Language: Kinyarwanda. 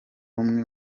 umwe